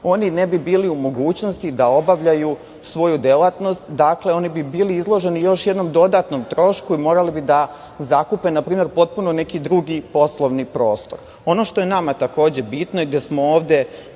oni ne bi bili u mogućnosti da obavljaju svoju delatnost, bili bi izloženi još jednom dodatnom trošku i morali bi da zakupe neki drugi poslovni prostor. Ono što je nama bitno i gde smo ovde